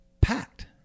Packed